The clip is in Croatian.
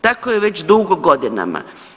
Tako je već dugo godinama.